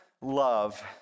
love